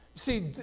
See